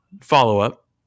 follow-up